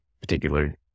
particular